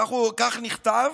כך נכתב: